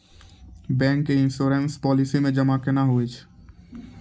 Bank के insurance policy मे जमा केना होय छै?